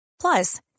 Plus